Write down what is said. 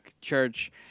Church